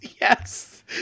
yes